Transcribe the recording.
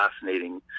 fascinating